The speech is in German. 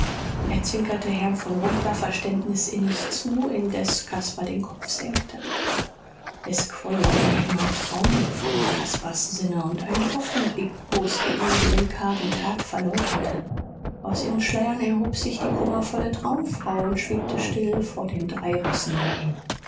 er zwinkerte herrn von rumpler verständnisinnig zu indes caspar den kopf senkte es quoll auf einmal traumluft um caspars sinne und eine hoffnung liebkoste ihn die den kargen tag verleugnete aus ihren schleiern erhob sich die kummervolle traumfrau und schwebte still vor den drei rossen dahin